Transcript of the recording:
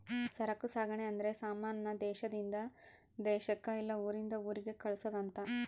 ಸರಕು ಸಾಗಣೆ ಅಂದ್ರೆ ಸಮಾನ ನ ದೇಶಾದಿಂದ ದೇಶಕ್ ಇಲ್ಲ ಊರಿಂದ ಊರಿಗೆ ಕಳ್ಸದ್ ಅಂತ